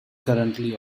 currently